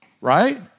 right